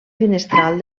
finestral